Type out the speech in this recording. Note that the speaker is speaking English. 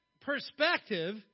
perspective